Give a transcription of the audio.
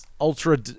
ultra